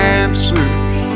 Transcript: answers